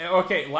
okay